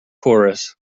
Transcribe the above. chorus